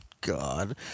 God